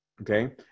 okay